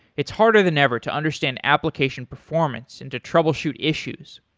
it's harder than ever to understand application performance and to troubleshoot issues.